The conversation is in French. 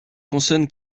consonnes